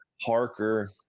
parker